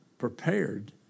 prepared